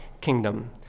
kingdom